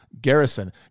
garrison